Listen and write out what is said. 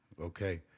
Okay